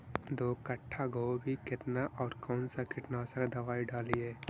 दो कट्ठा गोभी केतना और कौन सा कीटनाशक दवाई डालिए?